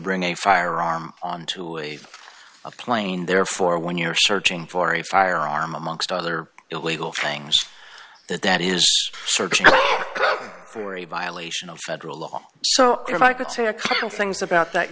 bring a firearm onto a plane therefore when you're searching for a firearm amongst other illegal things that that is searching for a violation of federal law so i could say a couple things about that